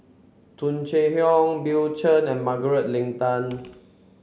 Tung Chye Hong Bill Chen and Margaret Leng Tan